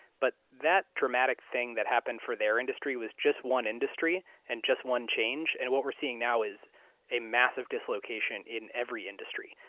but that dramatic thing that happened for their industry was just one industry and just one change. and what we're seeing now is a massive dislocation in every industry.